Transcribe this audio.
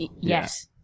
Yes